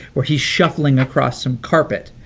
where he's shuffling across some carpet.